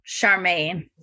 Charmaine